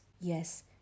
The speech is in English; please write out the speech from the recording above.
Yes